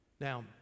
Now